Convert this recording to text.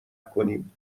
کنیم